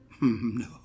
No